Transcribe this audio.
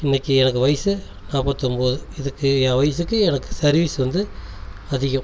இன்றைக்கு எனக்கு வயசு நாற்பத்தி ஒம்பது இதுக்கு என் வயசுக்கு எனக்கு சர்விஸ் வந்து அதிகம்